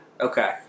Okay